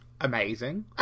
Amazing